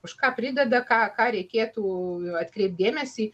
už ką prideda ką ką reikėtų atkreipt dėmesį